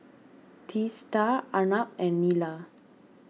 Teesta Arnab and Neila